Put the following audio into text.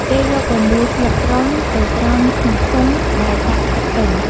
គេយករមូរស្លឹកត្រុំទៅត្រាំក្នុងធុងដែលដាក់ទឹកពេញ។